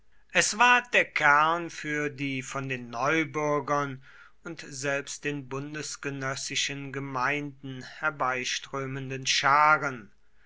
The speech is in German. es ward der kern für die von den neubürgern und selbst den bundesgenössischen gemeinden herbeiströmenden scharen